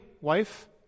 wife